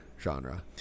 genre